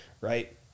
right